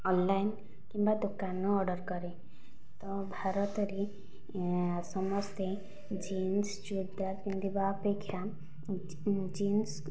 online କିମ୍ବା ଦୋକାନ ରୁ ଅର୍ଡ଼ର କରେ ତ ଭାରତରେ ସମସ୍ତେ ଜିନ୍ସ ଚୁଡ଼ିଦାର ପିନ୍ଧିବା ଅପେକ୍ଷା ଜିନ୍ସ